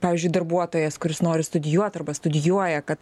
pavyzdžiui darbuotojas kuris nori studijuoti arba studijuoja kad